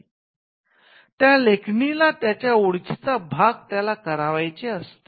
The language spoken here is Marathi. त्या पेनाला त्याच्या प्रतिमेचा ओळखीचा भाग त्याला करावयाचे असते